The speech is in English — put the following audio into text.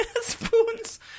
spoons